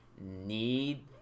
need